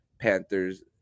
Panthers